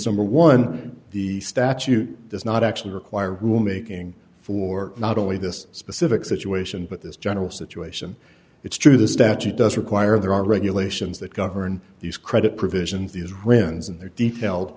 are one the statute does not actually require room making for not only this specific situation but this general situation it's true the statute does require there are regulations that govern these credit provisions these ruins and their detailed